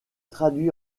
traduit